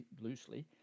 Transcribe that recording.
loosely